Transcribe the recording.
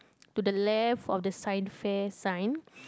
to the left science fair sign